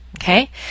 Okay